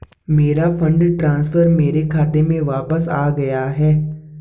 मेरा fund transfer मेरे खाते में वापस आ गया है